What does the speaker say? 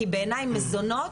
כי בעיניי מזונות,